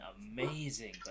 amazing